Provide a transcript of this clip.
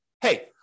hey